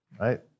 right